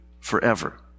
forever